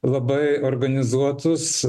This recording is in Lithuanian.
labai organizuotus